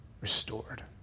restored